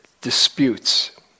disputes